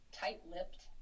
tight-lipped